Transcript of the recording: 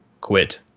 quit